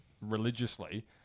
religiously